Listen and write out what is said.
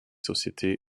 sociétés